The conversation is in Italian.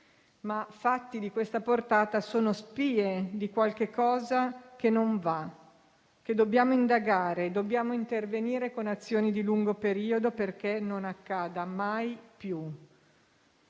Ma fatti di questa portata sono spie di qualche cosa che non va e che dobbiamo indagare. Dobbiamo intervenire con azioni di lungo periodo perché non accada mai più.